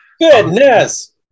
goodness